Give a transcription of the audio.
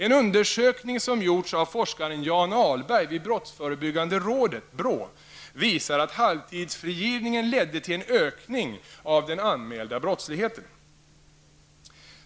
En undersökning som gjorts av forskaren Jan Ahlberg vid Brottsförebyggande rådet visar att införandet av halvtidsfrigivningen ledde till en ökning av den anmälda brottsligheten.